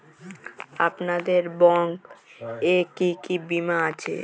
আপনাদের ব্যাংক এ কি কি বীমা আছে?